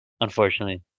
unfortunately